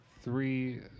three